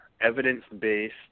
evidence-based